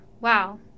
Wow